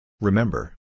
Remember